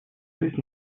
жизнь